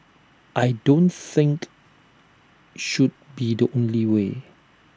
I don't think should be the only way